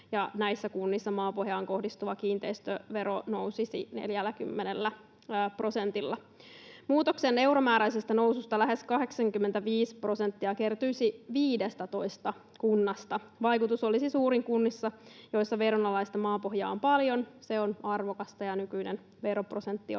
Näissä kunnissa maapohjaan kohdistuva kiinteistövero nousisi 40 prosentilla. Muutoksen euromääräisestä noususta lähes 85 prosenttia kertyisi 15 kunnasta. Vaikutus olisi suurin kunnissa, joissa veronalaista maapohjaa on paljon, se on arvokasta ja nykyinen veroprosentti on